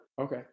Okay